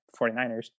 49ers